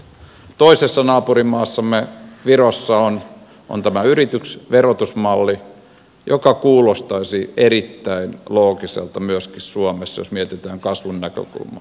toisessa naapurimaassamme virossa on yritysverotusmalli joka kuulostaisi erittäin loogiselta myöskin suomessa jos mietitään kasvun näkökulmaa